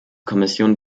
kommission